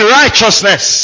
righteousness